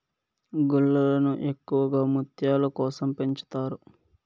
గుల్లలను ఎక్కువగా ముత్యాల కోసం పెంచుతారు